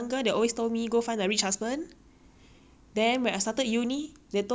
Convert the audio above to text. then when I started uni they told me go study at library more often so now I'm doing both